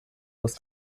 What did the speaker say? was